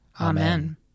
Amen